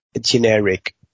generic